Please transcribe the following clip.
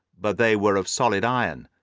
but they were of solid iron,